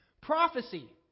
prophecy